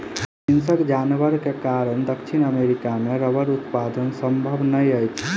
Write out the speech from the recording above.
हिंसक जानवर के कारण दक्षिण अमेरिका मे रबड़ उत्पादन संभव नै अछि